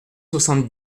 soixante